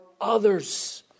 others